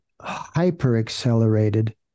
hyper-accelerated